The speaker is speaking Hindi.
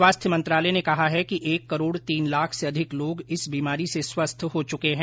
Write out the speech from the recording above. स्वास्थ्य मंत्रालय ने कहा है कि एक करोड़ तीन लाख से अधिक लोग इस बीमारी से स्वस्थ हो चुके हैं